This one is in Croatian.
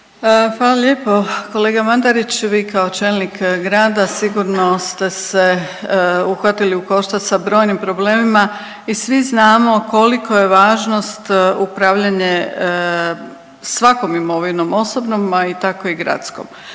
Hvala lijepo kolega Mandarić, vi kao čelnik grada sigurno ste se uhvatili u koštac sa brojnim problemima i svi znamo koliko je važnost upravljanje svakom imovinom osobnom, a tako i gradskom.